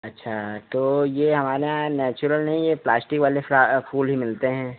अच्छा तो यह हमारे यहाँ नैचुरल नहीं यह प्लास्टिक वाले फूल ही मिलते हैं